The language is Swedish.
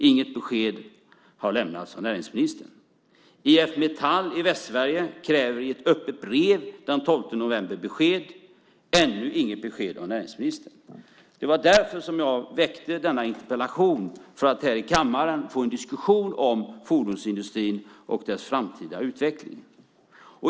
Inget besked har lämnats av näringsministern. IF Metall i Västsverige kräver i ett öppet brev den 12 november besked - ännu inget besked av näringsministern. Jag ställde denna interpellation för att här i kammaren få en diskussion om fordonsindustrin och dess framtida utveckling.